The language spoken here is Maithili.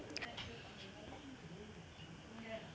अटल पेंशन योजना भारत सरकारो के तरफो से लागू करलो योजना छै